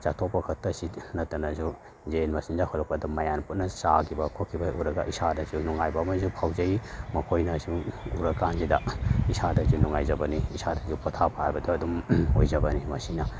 ꯆꯠꯊꯣꯛꯄ ꯈꯛꯇꯁꯤ ꯅꯠꯇꯅꯁꯨ ꯌꯦꯟ ꯃꯆꯤꯟꯖꯥꯛ ꯍꯨꯜꯂꯛꯄꯗ ꯃꯌꯥꯝ ꯄꯨꯟꯅ ꯆꯥꯒꯤꯕ ꯈꯣꯠꯈꯤꯕ ꯍꯦꯛ ꯎꯔꯒ ꯏꯁꯥꯗꯁꯨ ꯅꯨꯡꯉꯥꯏꯕ ꯑꯃꯁꯨ ꯐꯥꯎꯖꯩ ꯃꯈꯣꯏꯅ ꯁꯨꯝ ꯎꯔ ꯀꯥꯟꯁꯤꯗ ꯏꯁꯥꯗꯁꯨ ꯅꯨꯡꯉꯥꯏꯖꯕꯅꯤ ꯏꯁꯥꯗꯁꯨ ꯄꯣꯊꯥꯕ ꯍꯥꯏꯕꯗꯣ ꯑꯗꯨꯝ ꯑꯣꯏꯖꯕꯅꯤ ꯃꯁꯤꯅ